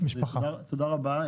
תודה רבה,